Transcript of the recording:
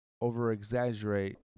over-exaggerate